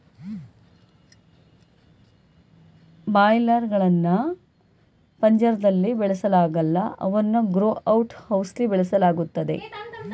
boiler ಗಳ್ನ ಪಂಜರ್ದಲ್ಲಿ ಬೆಳೆಸಲಾಗಲ್ಲ ಅವನ್ನು ಗ್ರೋ ಔಟ್ ಹೌಸ್ಲಿ ಬೆಳೆಸಲಾಗ್ತದೆ